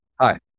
Hi